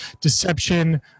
deception